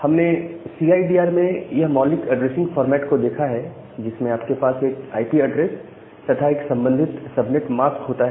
हमने सीआईडीआर में यह मौलिक ऐड्रेसिंग फॉर्मेट को देखा है जिसमें आपके पास एक आईपी ऐड्रेस तथा एक संबंधित सबनेट मास्क होता है